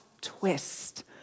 twist